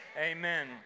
Amen